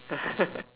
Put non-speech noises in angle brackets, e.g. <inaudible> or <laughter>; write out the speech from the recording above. <laughs>